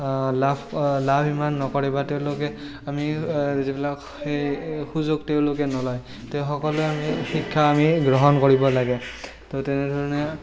লাভ লাভ ইমান নকৰে বা তেওঁলোকে আমি যিবিলাক সেই সুযোগ তেওঁলোকে নলয় সকলোৱে শিক্ষা আমি গ্ৰহণ কৰিব লাগে তো তেনেধৰণে